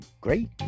great